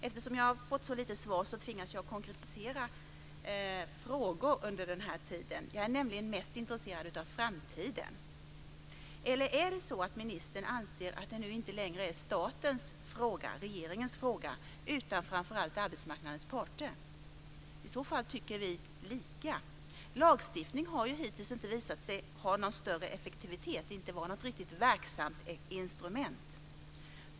Eftersom jag har fått så få svar tvingas jag konkretisera frågor under den här tiden. Jag är nämligen mest intresserad av framtiden. Är det så att ministern anser att det nu inte längre är statens fråga, regeringens fråga, utan framför allt en fråga för arbetsmarknadens parter? I så fall tycker vi lika. Lagstiftning har hittills inte visat sig ha någon större effekt eller vara något riktigt verksamt instrument.